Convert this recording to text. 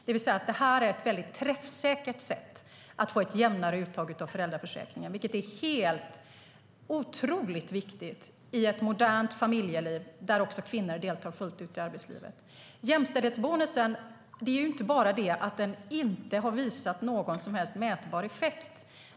Detta är alltså ett mycket träffsäkert sätt att få ett jämnare uttag av föräldraförsäkringen, vilket är otroligt viktigt i ett modernt familjeliv där också kvinnor deltar fullt ut i arbetslivet. Det är inte bara på det sättet att jämställdhetsbonusen inte har visat någon som helst mätbar effekt.